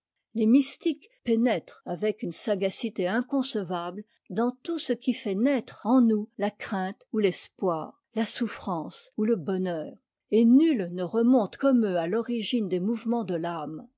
les mystiques pénètrent avec une sagacité inconcevable dans tout ce qui fait naître en nous la crainte ou l'espoir la souffrance oulie bonheur et nul ne remonte comme eux à l'origine des mouvements de pâme